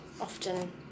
often